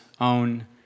own